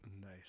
nice